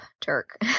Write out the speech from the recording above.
Turk